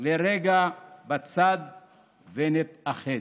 לרגע בצד ונתאחד.